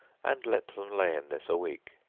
and let them lay in this a week